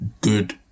good